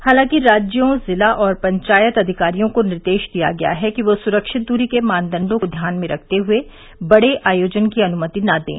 हालांकि राज्यों जिला और पंचायत अधिकारियों को निर्देश दिया गया है कि वे सुरक्षित दूरी के मानदंडों को ध्यान में रखते हुए बड़े आयोजन की अनुमति न दें